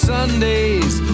Sundays